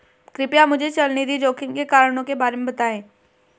कृपया मुझे चल निधि जोखिम के कारणों के बारे में बताएं